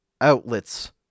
outlets